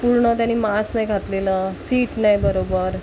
पूर्ण त्याने मास्क नाही घातलेलं सीट नाही बरोबर